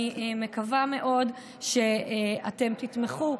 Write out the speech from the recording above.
אני מקווה מאוד שאתם תתמכו,